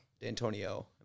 D'Antonio